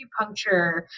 acupuncture